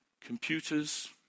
computers